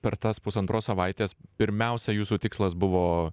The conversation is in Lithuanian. per tas pusantros savaitės pirmiausia jūsų tikslas buvo